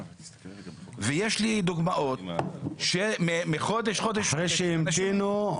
ויש לי דוגמאות --- אחרי שהמתינו,